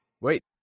Wait